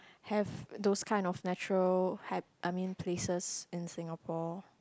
have those kind of natural hab~ I mean places in Singapore